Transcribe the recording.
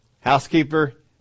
Housekeeper